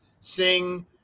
sing